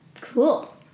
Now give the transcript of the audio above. Cool